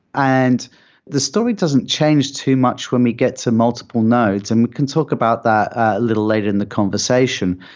and the story doesn't change too much when we get to multiple nodes and we can talk about that a little later in the conversation,